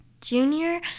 junior